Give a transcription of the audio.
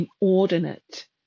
inordinate